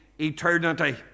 eternity